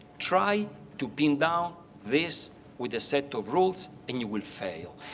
try to pin down this with a set of rules and you will fail.